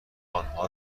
آنها